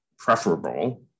preferable